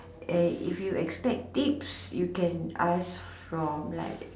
and if you expect tips you can ask from like